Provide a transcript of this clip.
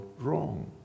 wrong